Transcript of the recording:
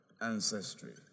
ancestry